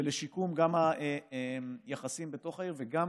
וגם לשיקום יחסים בתוך העיר וגם